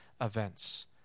events